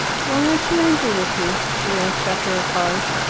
why aren't you angry with me? she asked, after a pause.